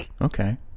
Okay